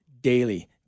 daily